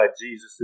Jesus